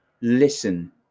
listen